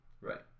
Right